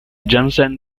jensen